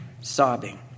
sobbing